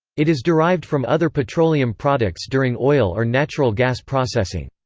it is derived from other petroleum products during oil or natural gas processing.